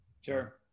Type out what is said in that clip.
Sure